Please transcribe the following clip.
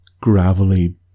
gravelly